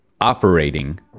operating